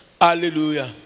Hallelujah